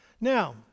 Now